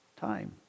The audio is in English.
Time